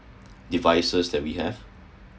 devices that we have